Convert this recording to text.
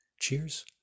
Cheers